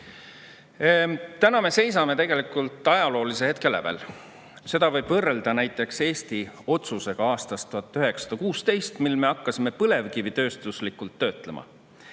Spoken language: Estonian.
me seisame tegelikult ajaloolise hetke lävel. Seda võib võrrelda näiteks Eesti otsusega aastast 1916, mil me hakkasime põlevkivi tööstuslikult töötlema.